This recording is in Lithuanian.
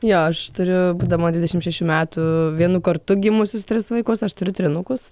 jo aš turiu būdama dvidešim šešių metų vienu kartu gimusius tris vaikus aš turiu trynukus